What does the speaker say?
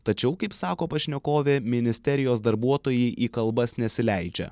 tačiau kaip sako pašnekovė ministerijos darbuotojai į kalbas nesileidžia